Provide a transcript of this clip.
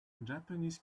japanese